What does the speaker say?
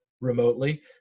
remotely